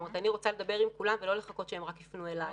אני רוצה לדבר עם כולם ולא לחכות שהם יפנו אליי